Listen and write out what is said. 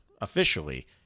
officially